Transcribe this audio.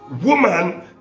Woman